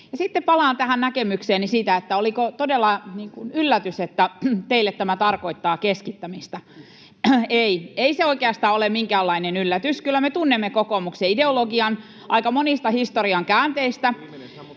sitten palaan tähän näkemykseeni siitä, oliko todella yllätys, että teille tämä tarkoittaa keskittämistä. Ei, ei se oikeastaan ole minkäänlainen yllätys. Kyllä me tunnemme kokoomuksen ideologian aika monista historian käänteistä.